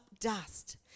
dust